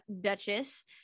Duchess